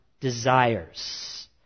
desires